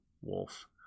wolf